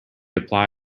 apply